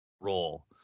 role